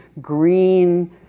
green